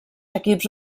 equips